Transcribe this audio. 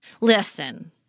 Listen